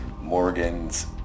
Morgan's